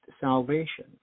salvation